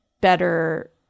better –